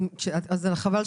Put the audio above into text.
אבל אנחנו